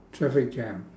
traffic jam